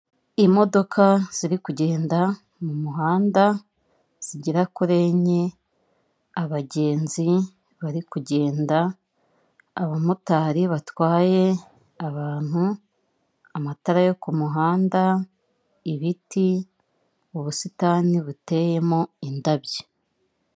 Imodoka ziri kugenda mu muhanda zigera kuri enye. Abagenzi bari kugenda, abamotari batwaye abantu, amatara yo ku muhanda, ibiti, ubusitani buteyemo indabyo.